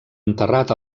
enterrat